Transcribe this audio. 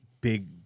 big